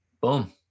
Boom